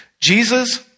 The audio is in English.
Jesus